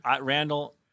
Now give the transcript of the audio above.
Randall